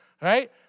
right